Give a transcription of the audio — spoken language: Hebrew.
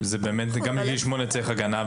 גם בגיל שמונה צריך הגנה.